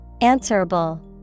Answerable